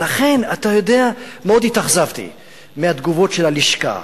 ולכן, אתה יודע, מאוד התאכזבתי מהתגובות של הלשכה.